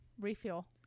Refuel